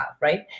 right